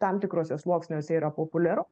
tam tikruose sluoksniuose yra populiaru